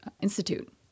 institute